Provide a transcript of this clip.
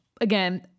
again